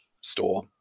store